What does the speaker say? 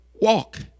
walk